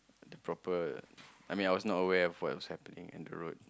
at the proper I mean I was not aware of what was happening in the road